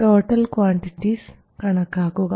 total quantities കണക്കാക്കുക